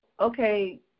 okay